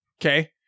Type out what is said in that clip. Okay